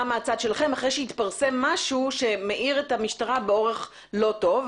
מהצד שלכם אחרי שהתפרסם משהו שמאיר את המשטרה באופן לא טוב,